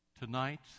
Tonight